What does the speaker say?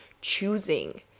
choosing